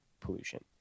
pollution